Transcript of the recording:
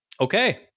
Okay